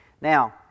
Now